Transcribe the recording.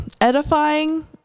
edifying